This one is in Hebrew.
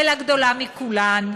ולגדולה מכולם,